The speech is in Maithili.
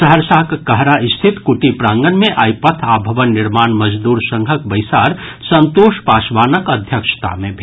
सहरसाक कहरा स्थित कुटी प्रांगण मे आइ पथ आ भवन निर्माण मजदूर संघक बैसार संतोष पासवानक अध्यक्षता मे भेल